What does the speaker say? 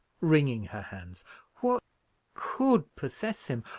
wringing her hands what could possess him?